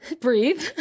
breathe